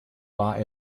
war